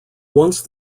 once